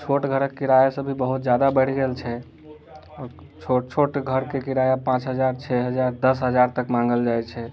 छोट घरक किराया सभ भी बहुत जादा बैढ़ि गेल छै छोट छोट घरके किराया पाँच हजार छओ हजार दस हजार तक माॅंगल जाइ छै